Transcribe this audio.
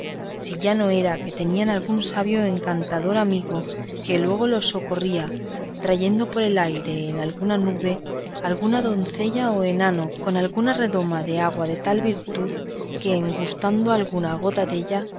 si ya no era que tenían algún sabio encantador por amigo que luego los socorría trayendo por el aire en alguna nube alguna doncella o enano con alguna redoma de agua de tal virtud que en gustando alguna gota della